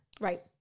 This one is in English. Right